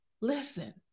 Listen